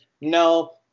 No